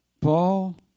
Paul